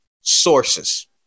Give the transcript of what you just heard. sources